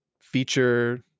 feature